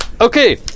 Okay